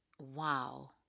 wow